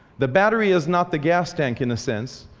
the battery is not the gas tank, in a sense.